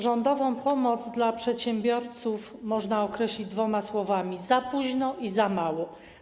Rządową pomoc dla przedsiębiorców można określić dwoma słowami: za późno i za mało.